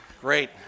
Great